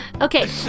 okay